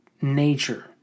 nature